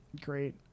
great